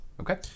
Okay